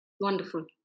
wonderful